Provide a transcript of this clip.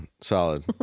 Solid